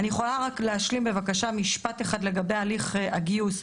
אני יכולה רק להשלים בבקשה משפט אחד לגבי הליך הגיוס?